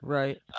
right